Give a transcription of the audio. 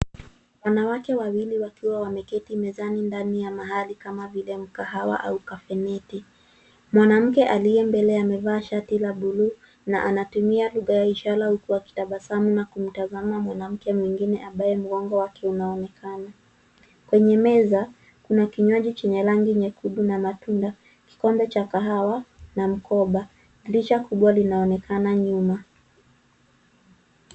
Wanawake wawili wakiwa wameketi mezani ndani ya mahali kama vile mkahawa au kafeneti. Mwanamke aliye mbele amevaa shati la buluu, na anatumia lugha ya ishara huku akitabasamu na kumtazama mwanamke mwingine ambaye mgongo wake unaonekana. Kwenye meza , kuna kinywaji chenye rangi nyekundu na matunda , kikombe cha kahawa na mkoba. Dirisha kubwa linaonekana nyuma.